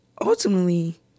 ultimately